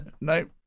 Nope